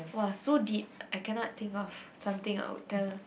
!wah! so deep I cannot think of something I would tell